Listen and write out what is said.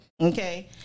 Okay